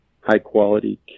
high-quality